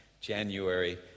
January